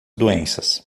doenças